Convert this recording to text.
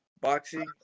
boxing